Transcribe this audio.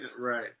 right